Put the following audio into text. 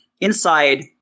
inside